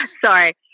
Sorry